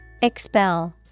Expel